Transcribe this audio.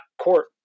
court